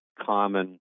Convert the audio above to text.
common